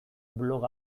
blog